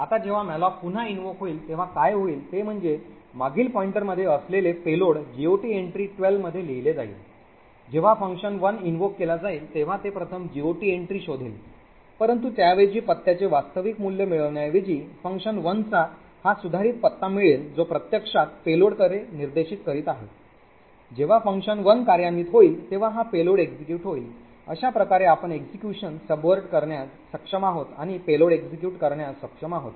आता जेव्हा malloc पुन्हा invoke होईल तेव्हा काय होईल ते म्हणजे मागील पॉइंटरमध्ये असलेले पेलोड GOT entry 12 मध्ये लिहिलेले आहे जेव्हा fun1 invoke केल्या जाईल तेव्हा ते प्रथम got entry शोधेल परंतु त्याऐवजी पत्त्याचे वास्तविक मूल्य मिळविण्याऐवजी fun1 चा हा सुधारित पत्ता मिळेल जो प्रत्यक्षात पेलोडकडे निर्देशित करीत आहे जेव्हा fun1 कार्यान्वित होईल तेव्हा हा पेलोड execute होईल अशा प्रकारे आपण execution subvert करण्यास सक्षम आहोत आणि पेलोड execute करण्यास सक्षम आहोत